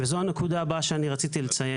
וזו הנקודה הבאה שרציתי לציין,